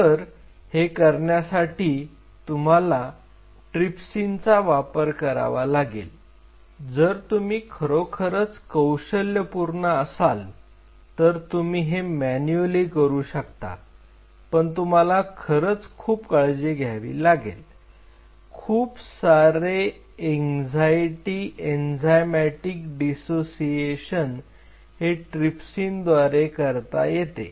तर हे करण्यासाठी तुम्हाला ट्रीपसिनचा वापर करावा लागेल जर तुम्ही खरोखरच कौशल्यपूर्ण असाल तर तुम्ही हे मॅन्युअली करू शकता पण तुम्हाला खरंच खूप काळजी घ्यावी लागेल खूप सारे एनक्झायटी एन्झाईमॅटिक डीसोसिएशन हे ट्रीपसिन द्वारे करता येते